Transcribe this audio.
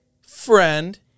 friend